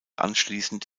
anschliessend